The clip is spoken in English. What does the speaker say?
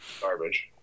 garbage